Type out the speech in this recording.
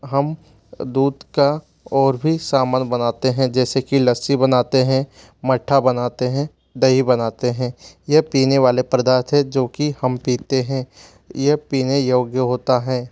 हम दूध का और भी सामान बनाते हैं जैसे कि लस्सी बनाते हैं मट्ठा बनाते हैं दही बनाते हैं ये पीने वाले पर्दाथ है जो कि हम पीते हैं ये पीने योग्य होता है